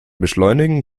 beschleunigen